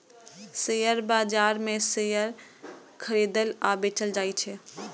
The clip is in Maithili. शेयर बाजार मे शेयर खरीदल आ बेचल जाइ छै